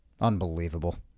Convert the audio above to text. Unbelievable